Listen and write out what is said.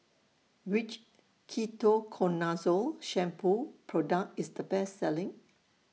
Which Ketoconazole Shampoo Product IS The Best Selling